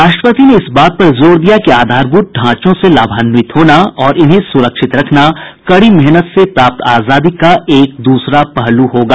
राष्ट्रपति ने इस बात पर जोर दिया कि आधारभूत ढांचों से लाभान्वित होना और इन्हें सुरक्षित रखना कड़ी मेहनत से प्राप्त आजादी का एक दूसरा पहलू होगा